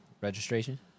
registration